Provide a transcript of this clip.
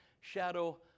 shadow